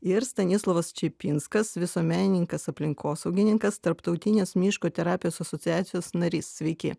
ir stanislovas čepinskas visuomenininkas aplinkosaugininkas tarptautinės miško terapijos asociacijos narys sveiki